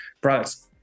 products